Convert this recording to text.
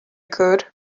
could